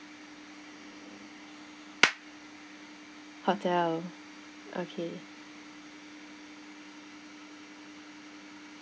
hotel okay